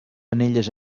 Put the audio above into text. anelles